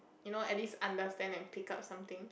you know at least understand and pick up something